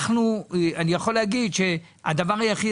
אני יכול להגיד שהדבר היחיד,